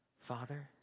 Father